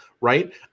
right